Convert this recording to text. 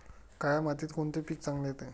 काळ्या मातीत कोणते पीक चांगले येते?